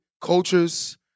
cultures